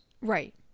Right